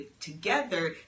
together